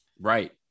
right